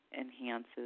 enhances